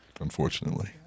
Unfortunately